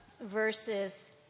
versus